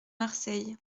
marseille